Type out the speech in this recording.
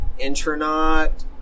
Intronaut